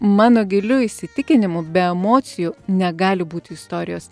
mano giliu įsitikinimu be emocijų negali būti istorijos